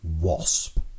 wasp